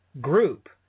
group